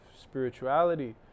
spirituality